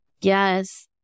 Yes